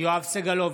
יואב סגלוביץ'